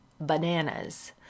bananas